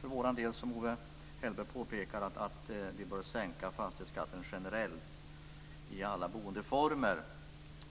för vår del, som Owe Hellberg påpekar, att vi bör sänka fastighetsskatten generellt i alla boendeformer.